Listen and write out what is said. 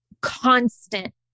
constant